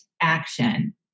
action